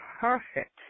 perfect